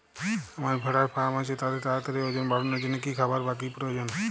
আমার ভেড়ার ফার্ম আছে তাদের তাড়াতাড়ি ওজন বাড়ানোর জন্য কী খাবার বা কী প্রয়োজন?